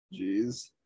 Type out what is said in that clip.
Jeez